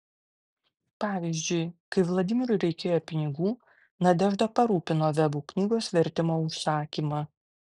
pavyzdžiui kai vladimirui reikėjo pinigų nadežda parūpino vebų knygos vertimo užsakymą